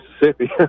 Mississippi